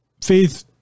Faith